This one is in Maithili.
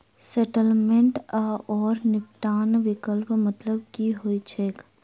सेटलमेंट आओर निपटान विकल्पक मतलब की होइत छैक?